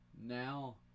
now